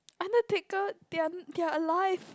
undertaker they're they are alive